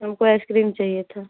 हमको आइसक्रीम चाहिए था